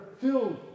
filled